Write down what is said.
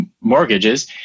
mortgages